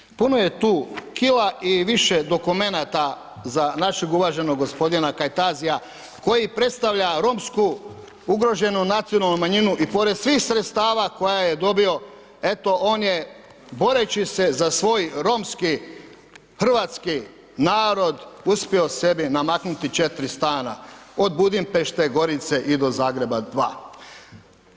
Nadalje, puno je tu kila i više dokumenata za našeg uvaženog gospodina Kajtazija koji predstavlja romsku ugroženu nacionalnu manjinu i pored svih sredstava koja je dobio, eto on je boreći za svoj romski hrvatski narod uspio sebi namaknuti četiri stana, od Budimpešte, Gorice i do Zagreba dva.